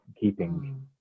keeping